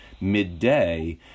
midday